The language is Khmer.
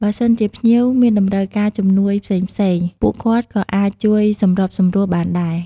ពួកគាត់ក៏មានតួនាទីក្នុងការជួយ ថែរក្សាអនាម័យ និងសណ្ដាប់ធ្នាប់នៅជុំវិញបរិវេណពិធី និងទីអារាមទាំងមូល ដើម្បីឲ្យបរិយាកាសមានភាពស្អាតបាត និងគួរឲ្យរីករាយ។